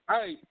Hey